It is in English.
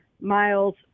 Miles